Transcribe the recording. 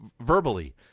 verbally